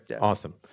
Awesome